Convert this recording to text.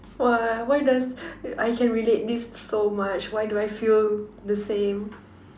!wow! why does I can relate this so much why do I feel the same